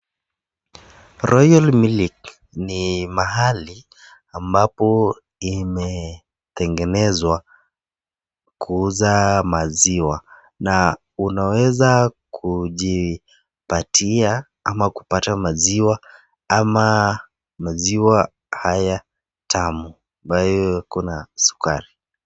Royal Milk ni mahali ambapo imetegenezwa kuuza maziwa na unaweza kujipatia ama kupata maziwa ama maziwa haya tamu ambayo ikona sukari.